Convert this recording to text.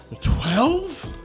Twelve